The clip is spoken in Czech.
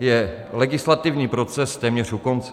je legislativní proces téměř u konce.